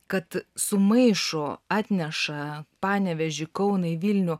kad sumaišo atneša panevėžį kauną vilnių